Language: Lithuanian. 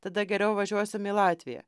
tada geriau važiuosim į latviją